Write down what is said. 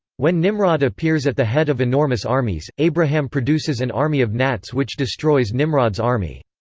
when nimrod appears at the head of enormous armies, abraham produces an army of gnats which destroys nimrod's army.